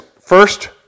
First